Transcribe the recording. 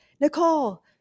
Nicole